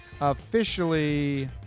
officially